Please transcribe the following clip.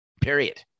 period